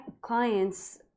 clients